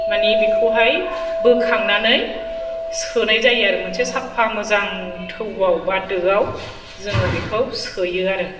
मानि बेखौहाय बोखांनानै सोनाय जायो आरो मोनसे साबफा मोजां थौआव बा दोआव जोङो बेखौ सोयो आरो